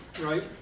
right